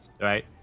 Right